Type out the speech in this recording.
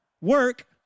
work